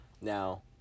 Now